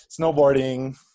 snowboarding